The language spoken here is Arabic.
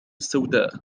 السوداء